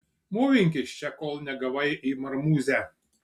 mūvink iš čia kol negavai į marmūzę